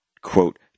quote